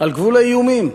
על גבול האיומים.